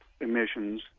emissions